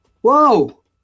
whoa